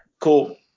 cool